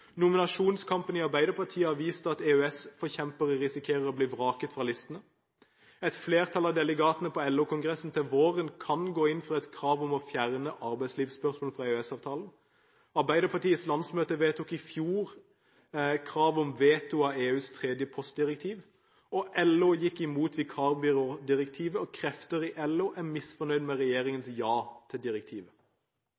Nominasjonskampen i Arbeiderpartiet har vist at EØS-forkjempere risikerer å bli vraket fra listene. Et flertall av delegatene på LO-kongressen til våren kan gå inn for et krav om å fjerne arbeidslivsspørsmål fra EØS-avtalen. Arbeiderpartiets landsmøte vedtok i fjor krav om veto mot EUs tredje postdirektiv, LO gikk imot vikarbyrådirektivet, og krefter i LO er misfornøyd med